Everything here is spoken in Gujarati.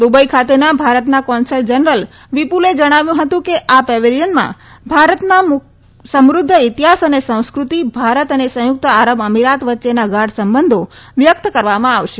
દુબઈ ખાતેના ભારતના કોન્સલ જનરલ વિપુલે જણાવ્યું હતું કે આ પેવેલીયનમાં ભારતના સમૃધ્ય ઈતિહાસ અને સંસ્કૃતિ ભારત અને સંયુકત આરબ અમિરાત વચ્ચેના ગાઢ સંબંધો વ્યકત કરવામાં આવશે